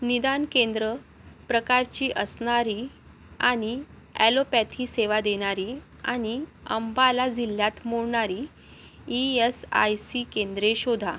निदान केंद्र प्रकारची असणारी आणि ऍलोपॅथी सेवा देणारी आणि अंबाला जिल्ह्यात मोडणारी ई यस आय सी केंद्रे शोधा